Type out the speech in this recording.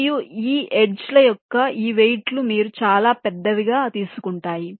మరియు ఈ ఎడ్జ్ ల యొక్క ఈ వెయిట్ లు మీరు చాలా పెద్దవిగా తీసుకుంటాయి